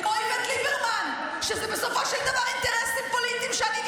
דעתי לא